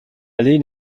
lean